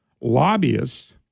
lobbyists